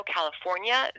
California